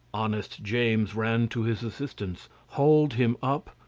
honest james ran to his assistance, hauled him up,